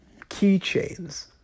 keychains